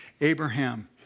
Abraham